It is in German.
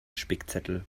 spickzettel